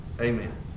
Amen